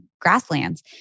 grasslands